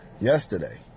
yesterday